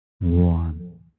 One